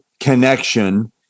connection